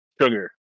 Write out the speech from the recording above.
Sugar